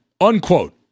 unquote